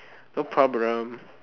no problem